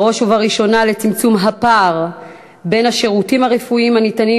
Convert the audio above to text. בראש ובראשונה לצמצום הפער בשירותים הרפואיים הניתנים